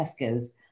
Tesco's